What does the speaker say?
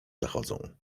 zachodzą